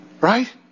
Right